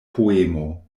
poemo